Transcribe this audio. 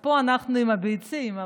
פה אנחנו עם הביצים,